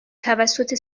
توسط